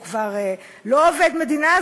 הוא כבר לא עובד המדינה,